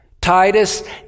Titus